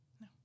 No